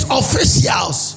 officials